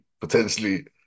potentially